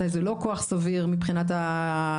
מתי זה לא כוח סביר מבחינת האזרחים.